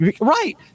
Right